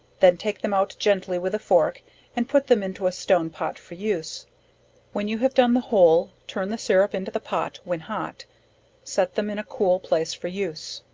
then take them out gently with a fork and put them into a stone pot for use when you have done the whole turn the sirrup into the pot, when hot set them in a cool place for use.